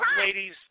Ladies